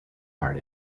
heart